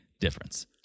Difference